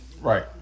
right